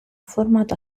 formato